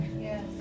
yes